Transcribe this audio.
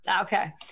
Okay